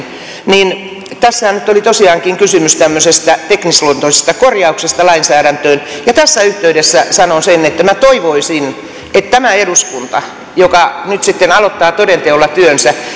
niin tässähän nyt oli tosiaankin kysymys tämmöisestä teknisluontoisesta korjauksesta lainsäädäntöön tässä yhteydessä sanon sen että minä toivoisin että tämä eduskunta joka nyt sitten aloittaa toden teolla työnsä